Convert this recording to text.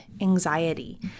anxiety